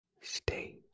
Stay